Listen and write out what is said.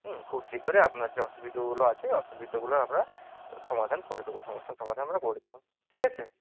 হুম খুব শীঘ্রই আপনার যে অসুবিধেগুলো আছে অসুবিধেগুলোর আমরা সমাধান করে দেবো সমস্যার সমাধান আমরা করে দেবো ঠিক আছে